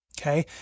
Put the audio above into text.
Okay